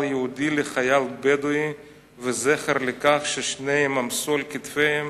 יהודי לחייל בדואי וזכר לכך ששניהם עמסו על כתפיהם